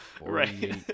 Right